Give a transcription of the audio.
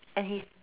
and he